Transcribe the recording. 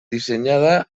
dissenyada